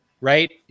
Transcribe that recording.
right